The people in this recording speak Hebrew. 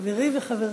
חברי וחברתי.